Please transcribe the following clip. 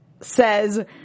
says